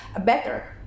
better